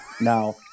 Now